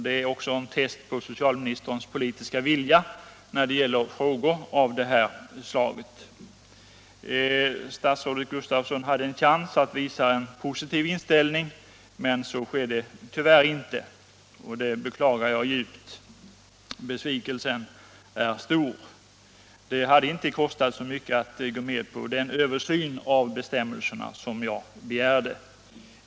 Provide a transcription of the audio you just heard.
Det är också en test på socialministerns politiska vilja när det gäller frågor av det slaget. Statsrådet Gustavsson hade en chans att visa en positiv inställning men så skedde tyvärr inte. Det beklagar jag djupt. Besvikelsen över svaret är stor. Det hade inte kostat så mycket att gå med på den översyn av bestämmelserna som jag begärde.